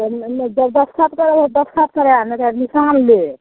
तहने दस्तखत करय हइ दस्तखत करत ने तऽ निशान लेत